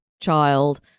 child